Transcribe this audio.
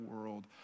world